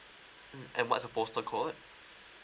mm and what's the postal code